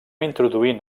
introduint